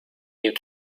you